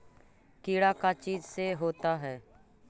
कीड़ा का चीज से होता है?